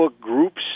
groups